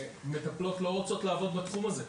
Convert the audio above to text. מטפלות לא רוצות לעבוד בתחום הזה.